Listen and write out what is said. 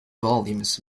volumes